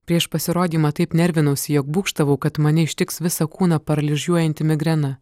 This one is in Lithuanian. prieš pasirodymą taip nervinausi jog būgštavau kad mane ištiks visą kūną paralyžiuojanti migrena